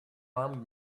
armed